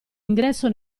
ingresso